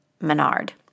Menard